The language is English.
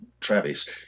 Travis